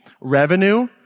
revenue